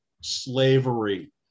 slavery